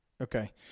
Okay